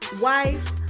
wife